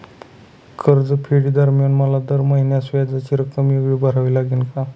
कर्जफेडीदरम्यान मला दर महिन्यास व्याजाची रक्कम वेगळी भरावी लागेल का?